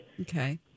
Okay